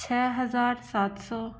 छः हज़ार सात सौ